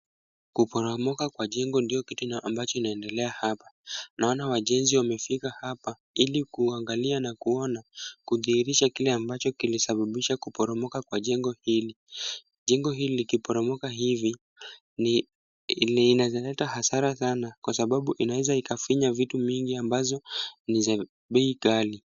Kuporomoka kwa jengo ndio kitu ambacho kinaendelea hapa. Naona wajenzi wamefika hapa ili kuangalia na kuona kudhihirisha kile ambacho kilisababisha kuporomoka kwa jengo hili. Jengo hili likiporomoka hivi inaweza leta hasara sana kwa sababu inaweza ikafinya vitu mingi ambazo ni za bei ghali.